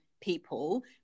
people